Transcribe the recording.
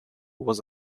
was